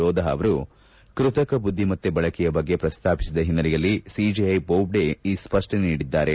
ಲೋಧ ಅವರು ಕೃತಕ ಬುದ್ದಿ ಮತ್ತೆ ಬಳಕೆಯ ಬಗ್ಗೆ ಪ್ರಸ್ತಾಪಿಸಿದ ಹಿನ್ನೆಲೆಯಲ್ಲಿ ಸಿಜಿಐ ಬೋಬ್ದೆ ಈ ಸ್ಪಷ್ಟನೆ ನೀಡಿದ್ದಾರೆ